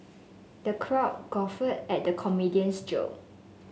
the crowd guffawed at the comedian's joke